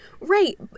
Right